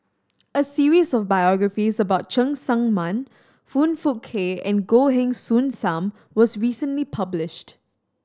a series of biographies about Cheng Tsang Man Foong Fook Kay and Goh Heng Soon Sam was recently published